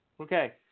Okay